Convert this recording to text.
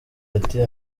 ati